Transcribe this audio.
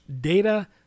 data